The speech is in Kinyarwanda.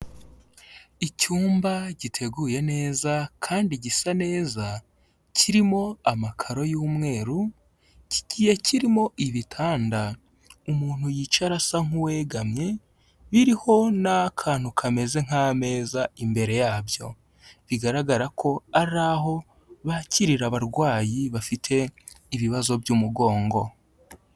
Icyumba giteguye neza kandi gisa neza, kirimo amakaro y'umweru, kigiye kirimo ibitanda umuntu yicara asa nk'uwegamye, biriho n'akantu kameze nk'ameza imbere yabyo, bigaragara ko ari aho bakirira abarwayi bafite ibibazo by'umugongo.